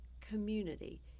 community